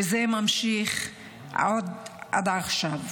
וזה ממשיך עד עכשיו.